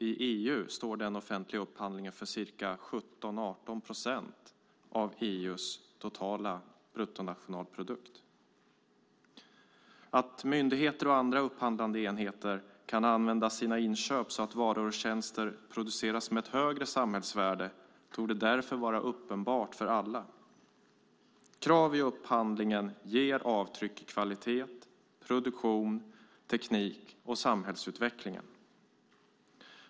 I EU står den offentliga upphandlingen för ca 17-18 procent av EU:s totala bruttonationalprodukt. Att myndigheter och andra upphandlande enheter kan använda sina inköp så att varor och tjänster produceras med ett högre samhällsvärde torde därför vara uppenbart för alla. Krav i upphandlingen ger avtryck i kvalitet, produktion, teknik och samhällsutveckling.